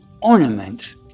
ornament